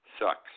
sucks